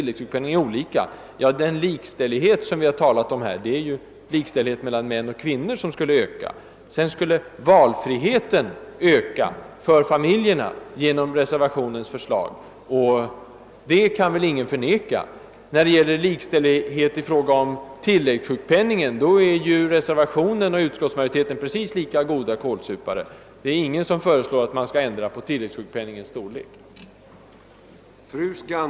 Den likställighet som vi har talat om är likställigheten mellan män och kvinnor, och den skulle öka. Vidare skulle valfriheten öka för familjerna om reservanternas förslag bifölls — det lär ingen förneka. Vad beträffar likställigheten i fråga om tilläggssjukpenningen är reservanterna och utskottsmajoriteten precis lika goda kålsupare — ingen föreslår att tilläggssjukpenningens storlek skall ändras.